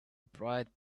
bright